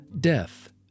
death